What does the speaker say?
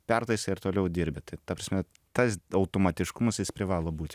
pertaisai ir toliau dirbi tai ta prasme tas automatiškumas jis privalo būt